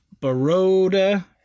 Baroda